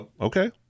Okay